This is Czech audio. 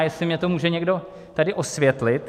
Jestli mně to může někdo tady osvětlit.